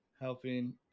helping